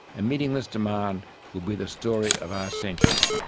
and meeting this demand will be the story of our century.